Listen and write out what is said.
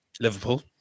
Liverpool